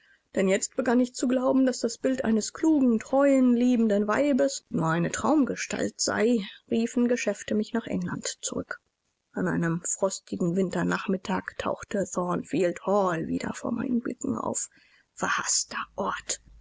denn jetzt begann ich zu glauben daß das bild eines klugen treuen liebenden weibes nur eine traumgestalt sei riefen geschäfte mich nach england zurück an einem frostigen winternachmittag tauchte thornfield hall wieder vor meinen blicken auf verhaßter ort